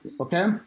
Okay